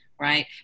right